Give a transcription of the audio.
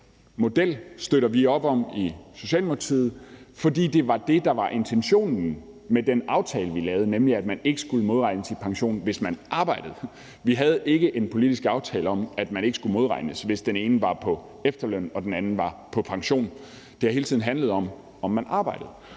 model støtter vi op om i Socialdemokratiet, fordi det var det, der var intentionen med den aftale, vi lavede, nemlig at man ikke skulle modregnes i pensionen, hvis man arbejdede. Vi havde ikke en politisk aftale om, at man ikke skulle modregnes, hvis den ene var på efterløn og den anden var på pension. Det har hele tiden handlet om, om man arbejdede.